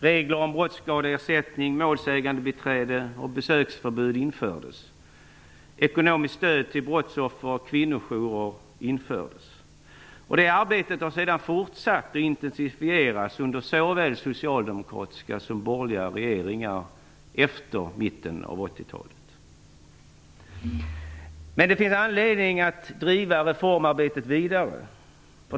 Regler om brottskadeersättning, målsägandebiträde och besöksförbud infördes. Ekonomiskt stöd till brottsoffer och kvinnojourer infördes. Det arbetet har sedan fortsatts och intensifierats under såväl socialdemokratiska som borgerliga regeringar efter mitten av 80-talet. Det finns anledning att driva reformarbetet vidare.